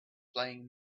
playing